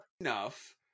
enough